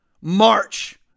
march